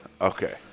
Okay